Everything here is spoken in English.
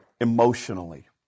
emotionally